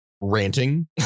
ranting